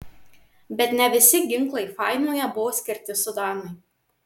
bet ne visi ginklai fainoje buvo skirti sudanui